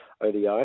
odi